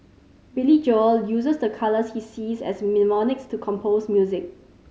Billy Joel uses the colours he sees as mnemonics to compose music